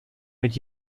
mit